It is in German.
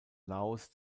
laos